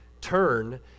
Turn